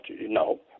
No